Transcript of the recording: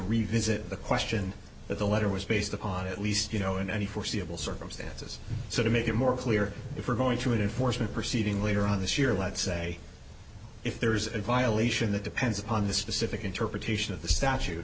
revisit the question of the letter was based upon at least you know in any foreseeable circumstances so to make it more clear if we're going to enforcement perceiving later on this year let's say if there is a violation that depends upon the specific interpretation of the statu